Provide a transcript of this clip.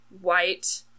white